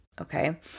Okay